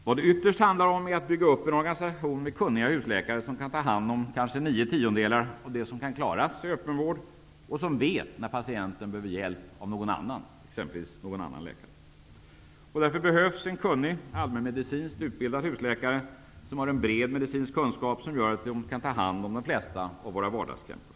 Vad det ytterst handlar om är att bygga upp en organisation med kunniga husläkare, som kan ta hand om kanske nio tiondelar av det som kan klaras i öppenvård och som vet när patienten behöver hjälp av någon annan, exempelvis någon annan läkare. Därför behövs kunniga, allmänmedicinskt utbildade husläkare, som har en bred medicinsk kunskap som gör att de kan ta hand om de flesta av våra vardagskrämpor.